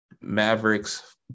Mavericks